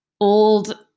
old